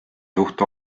suhte